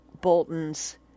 Boltons